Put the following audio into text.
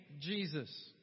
Jesus